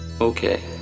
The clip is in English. Okay